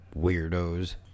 Weirdos